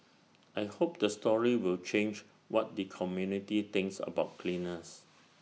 I hope the story will change what the community thinks about cleaners